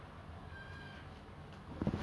um அவங்க எப்படி:avanga eppadi survive பண்றது:pandrathu